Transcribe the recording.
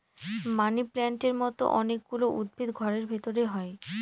মানি প্লান্টের মতো অনেক গুলো উদ্ভিদ ঘরের ভেতরে হয়